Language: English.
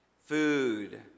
Food